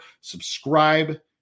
Subscribe